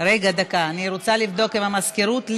אני רוצה לבדוק עם המזכירות.